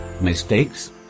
Mistakes